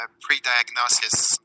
pre-diagnosis